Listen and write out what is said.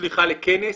שליחה לכנס,